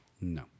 No